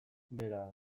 beraz